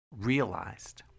realized